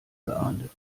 geahndet